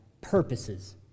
purposes